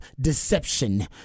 deception